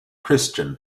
christian